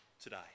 today